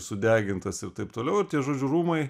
sudegintas ir taip toliau žodžiu rūmai